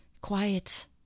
quiet